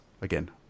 Again